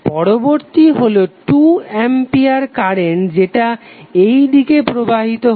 পরবর্তী হলো 2A current যেটা এইদিকে প্রবাহিত হচ্ছে